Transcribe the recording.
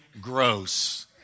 Gross